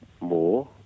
more